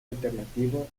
alternativo